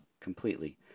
completely